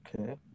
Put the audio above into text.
Okay